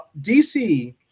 DC